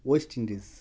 West Indies